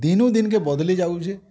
ଦିନୁ ଦିନ୍ କେ ବଦଳିଯାଉଛି